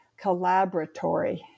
Collaboratory